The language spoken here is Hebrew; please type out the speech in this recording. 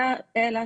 אלא,